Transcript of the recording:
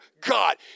God